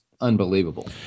unbelievable